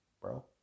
bro